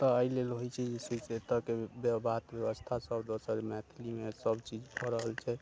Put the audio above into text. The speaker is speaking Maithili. तऽ अइ लेल होइ छै जे छै से एतऽके बात व्यवस्था सब दोसर मैथिलीमे सब चीज भऽ रहल छै